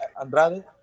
Andrade